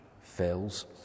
fails